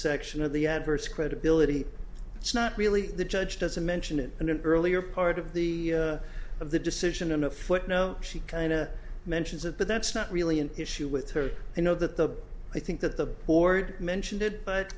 section of the adverse credibility it's not really the judge doesn't mention it in an earlier part of the of the decision in a footnote she kind of mentions of but that's not really an issue with her i know that the i think that the board mentioned it but